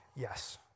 Yes